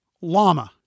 llama